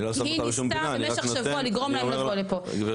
אני לא שם אותה בשום פינה,